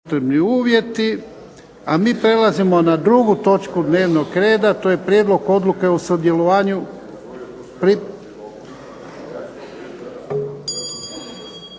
Ivan (HDZ)** A mi prelazimo na drugu točku dnevnog reda, a to je - Prijedlog odluke o sudjelovanju